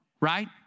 Right